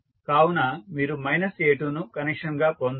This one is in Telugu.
కావున మీరు మైనస్ a2ను కనెక్షన్గా పొందారు